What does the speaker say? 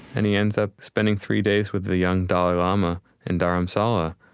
and he ends up spending three days with the young dalai lama in dharamsala,